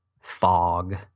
fog